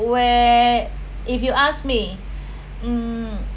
where if you ask me um